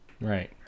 Right